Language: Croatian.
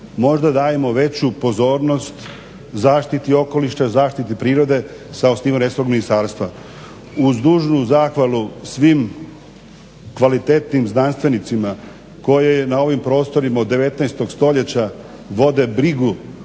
možda dajemo veću pozornost zaštiti okoliša, zaštiti prirode sa osnivanjem resornog ministarstva. Uz dužnu zahvalu svim kvalitetnim znanstvenicima koje je na ovim prostorima od 19 stoljeća vode brigu